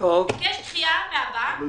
הוא ביקש דחייה מהבנק.